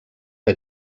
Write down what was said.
que